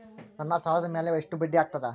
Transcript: ನನ್ನ ಸಾಲದ್ ಮ್ಯಾಲೆ ಎಷ್ಟ ಬಡ್ಡಿ ಆಗ್ತದ?